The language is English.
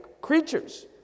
creatures